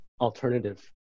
alternative